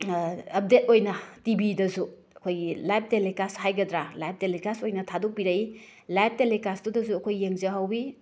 ꯑꯞꯗꯦꯗ ꯑꯣꯏꯅ ꯇꯤ ꯕꯤꯗꯁꯨ ꯑꯩꯈꯣꯏꯒꯤ ꯂꯥꯏꯕ ꯇꯦꯂꯤꯀꯥꯁ ꯍꯥꯏꯒꯗ꯭ꯔꯥ ꯂꯥꯏꯕ ꯇꯦꯂꯤꯀꯥꯁ ꯑꯣꯏꯅ ꯊꯥꯗꯣꯛꯄꯤꯔꯛꯏ ꯂꯥꯏꯕ ꯇꯦꯂꯤꯀꯥꯁꯇꯨꯗꯁꯨ ꯑꯩꯈꯣꯏ ꯌꯦꯡꯖꯍꯧꯏ